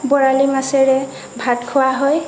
বৰালি মাছেৰে ভাত খোৱা হয়